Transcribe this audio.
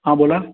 हां बोला